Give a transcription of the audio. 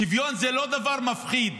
שוויון זה לא דבר מפחיד.